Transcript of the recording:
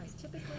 Typically